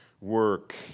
work